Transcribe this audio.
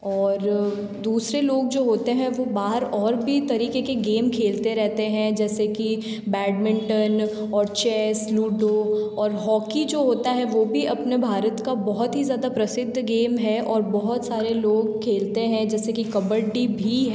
और दूसरे लोग जो होते हैं वह बाहर और भी तरीक़े के गेम खेलते रहते हैं जैसे कि बैडमिंटन और चेस लूडो और हॉकी जो होता है वह भी अपने भारत का बहुत ही ज़्यादा प्रसिद्ध गेम है और बहुत सारे लोग खेलते हैं जैसे कि कबड्डी भी है